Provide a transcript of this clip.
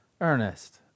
Ernest